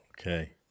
Okay